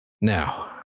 Now